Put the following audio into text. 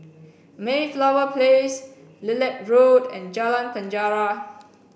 Mayflower Place Lilac Road and Jalan Penjara